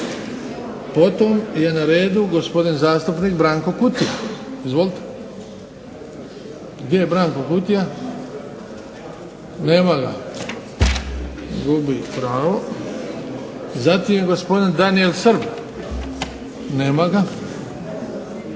Potom je na redu gospodin zastupnik Branko Kutija. Izvolite. Gdje je Branko Kutija? Nema ga. Gubi pravo. Zatim gospodin Daniel Srb. Nema ga.